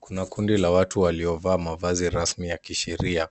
Kuna kundi la watu waliovaa mavazi rasmi ya kisheria.